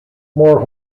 more